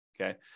Okay